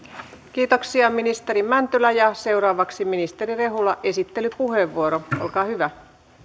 kiitoksia ministeri mäntylä seuraavaksi ministeri rehula esittelypuheenvuoro olkaa hyvä